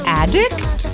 addict